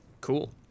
Cool